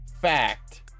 fact